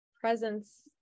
Presence